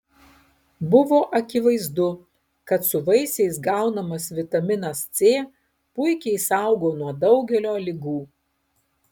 buvo akivaizdu kad su vaisiais gaunamas vitaminas c puikiai saugo nuo daugelio ligų